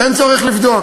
אין צורך לבדוק.